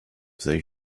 they